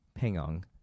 Pengong